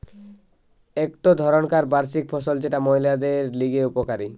একটো ধরণকার বার্ষিক ফসল যেটা মহিলাদের লিগে উপকারী